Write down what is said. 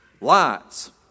lights